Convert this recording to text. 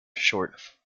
short